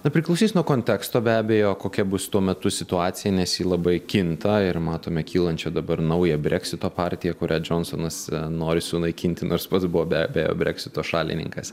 na priklausys nuo konteksto be abejo kokia bus tuo metu situacija nes ji labai kinta ir matome kylančią dabar naują breksito partiją kurią džonsonas nori sunaikinti nors pats buvo be abejo breksito šalininkas